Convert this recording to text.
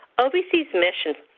ovc's mission.